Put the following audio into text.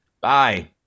Bye